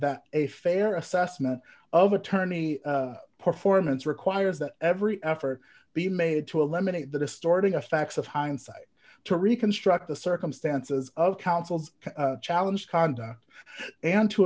that a fair assessment of attorney performance requires that every effort be made to eliminate the distorting of facts of hindsight to reconstruct the circumstances of counsel's challenge conda and to